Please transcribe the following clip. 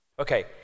Okay